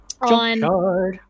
on